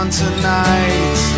tonight